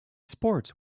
sports